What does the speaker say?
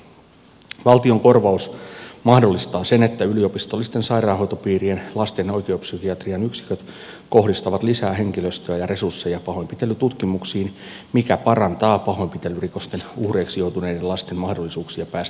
valtion korvaus mahdollistaa sen että yliopistollisten sairaanhoitopiirien lasten oikeuspsykiatrian yksiköt kohdistavat lisää henkilöstöä ja resursseja pahoinpitelytutkimuksiin mikä parantaa pahoinpitelyrikosten uhreiksi joutuneiden lasten mahdollisuuksia päästä tutkimuksiin